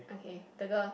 okay the girl